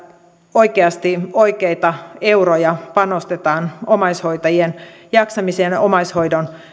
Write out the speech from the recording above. oikeasti oikeita euroja panostetaan omaishoitajien jaksamiseen ja omaishoidon